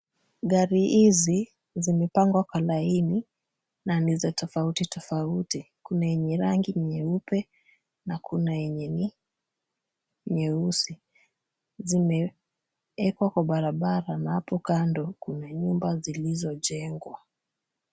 Gari hizi zimepangwa kwa laini na ni za tofauti tofauti. Kuna yenye rangi nyeupe na kuna yenye ni nyeusi. Zimeekwa kwa barabara na hapo kando kuna nyumba zilizojengwa.